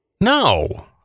No